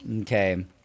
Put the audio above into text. Okay